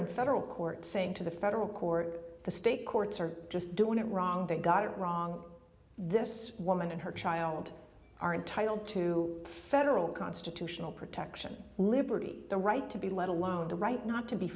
in federal court saying to the federal court the state courts are just doing it wrong they've got it wrong this woman and her child are entitled to federal constitutional protection liberty the right to be let alone the right not to be